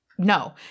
No